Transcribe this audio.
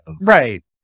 Right